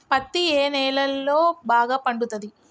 పత్తి ఏ నేలల్లో బాగా పండుతది?